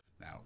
Now